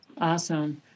Awesome